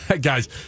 Guys